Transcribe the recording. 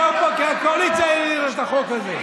כי הקואליציה העלתה את החוק הזה.